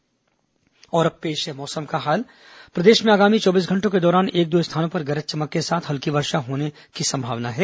मौसम और अब पेश है मौसम का हाल प्रदेश में आगामी चौबीस घंटों के दौरान एक दो स्थानों पर गरज चमक के साथ हल्की वर्षा होने की संभावना है